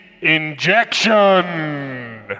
Injection